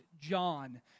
John